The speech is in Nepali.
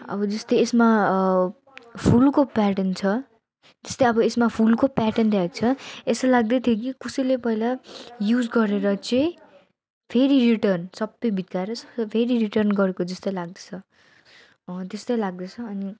अब जस्तै यसमा फुलको प्याटर्न छ त्यस्तै अब यसमा फुलको प्याटर्न देखाएको छ यस्तो लाग्दै थियो कि कसैले पहिला युज गरेर चाहिँ फेरि रिटर्न सबै भित्काएर फेरि रिटर्न गरेक जस्तो लाग्दैछ त्यस्तै लाग्दैछ अनि